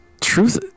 truth